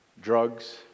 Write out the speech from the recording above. drugs